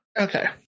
Okay